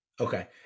Okay